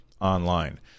online